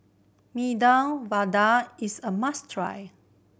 Medu Vada is a must try